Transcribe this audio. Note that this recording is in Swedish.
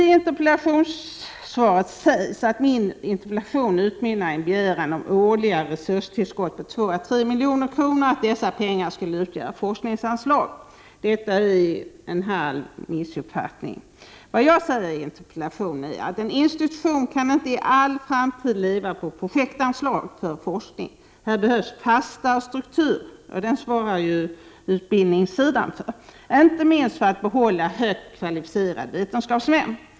I interpellationssvaret sägs att min interpellation utmynnar i en begäran om årliga resurstillskott om 2 å 3 milj.kr. och att dessa pengar skulle utgöra forskningsanslag. Detta är en halv missuppfattning. Vad jag säger i interpellationen är att en institution inte i all framtid kan leva på projektanslag för forskning. Det behövs en fastare struktur, och den svarar ju utbildningssidan för, inte minst för att behålla högt kvalificerade vetenskapsmän.